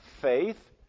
faith